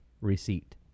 receipt